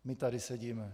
My tady sedíme.